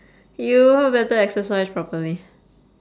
you better exercise properly